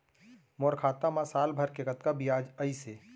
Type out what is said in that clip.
मोर खाता मा साल भर के कतका बियाज अइसे?